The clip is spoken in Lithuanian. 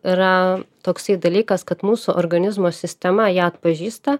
yra toksai dalykas kad mūsų organizmo sistema ją atpažįsta